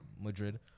Madrid